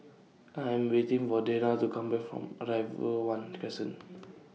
I Am waiting For Danna to Come Back from Arrival one Crescent